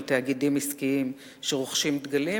על תאגידים עסקיים שרוכשים דגלים,